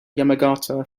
yamagata